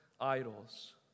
idols